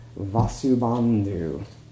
Vasubandhu